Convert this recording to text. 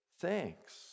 thanks